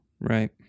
Right